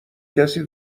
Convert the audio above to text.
کسی